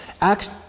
Acts